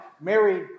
married